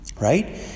right